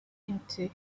into